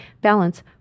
balance